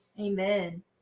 Amen